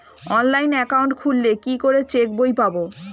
Online account খুললে কি করে চেক বই পাব?